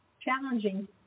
challenging